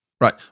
Right